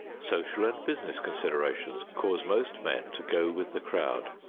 social and business considerations cause most men to go with the crowd,